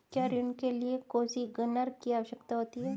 क्या ऋण के लिए कोसिग्नर की आवश्यकता होती है?